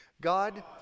God